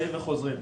באים וחוזרים.